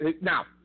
now